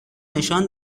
نشان